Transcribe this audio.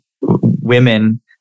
women